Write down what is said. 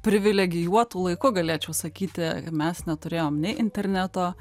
privilegijuotu laiku galėčiau sakyti mes neturėjom nei interneto